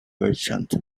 merchant